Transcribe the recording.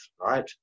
right